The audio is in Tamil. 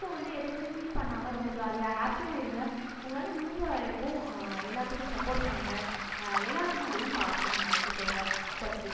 ஸோ வந்து எதையுமே ஃபீல் பண்ணாமல் ரொம்ப ஜாலியாக ஹேப்பியாக இருங்கள் உங்களால் முடிஞ்ச வரைக்கும் எல்லோத்துக்கும் சப்போர்ட் பண்ணுங்கள் எல்லாத்து மேலேயும் பாசமாக நடந்துக்கோங்க தட்ஸ் இட்